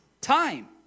time